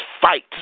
fight